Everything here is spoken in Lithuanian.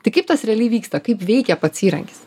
tai kaip tas realiai vyksta kaip veikia pats įrankis